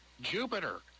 Jupiter